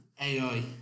AI